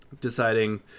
deciding